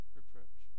reproach